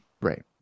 right